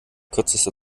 kürzester